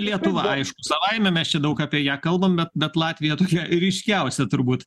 lietuva aišku savaime mes čia daug apie ją kalbam bet bet latvija tokia ryškiausia turbūt